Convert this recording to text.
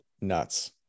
nuts